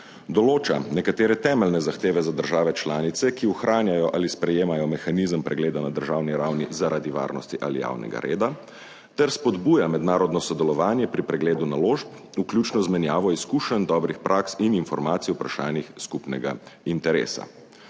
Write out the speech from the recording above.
določa nekatere temeljne zahteve za države članice, ki ohranjajo ali sprejemajo mehanizem pregleda na državni ravni zaradi varnosti ali javnega reda ter spodbuja mednarodno sodelovanje pri pregledu naložb, vključno z menjavo izkušenj, dobrih praks in informacij o vprašanjih skupnega interesa.